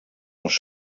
els